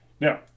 Now